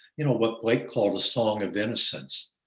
you know, what blake called a song of innocence.